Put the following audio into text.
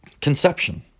conception